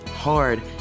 hard